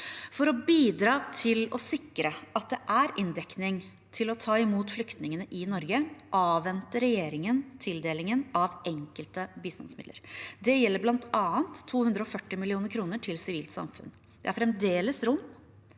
For å bidra til å sikre at det er inndekning til å ta imot flyktningene i Norge, avventer regjeringen tildelingen av enkelte bistandsmidler. Det gjelder bl.a. 240 mill. kr til sivilt samfunn. Det er fremdeles rom